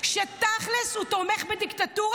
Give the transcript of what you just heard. שתכלס הוא תומך בדיקטטורה,